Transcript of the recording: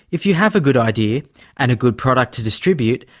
if you have a good idea and a good product to distribute,